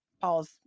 Paul's